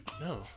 no